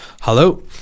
Hello